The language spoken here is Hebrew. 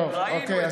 אוקיי.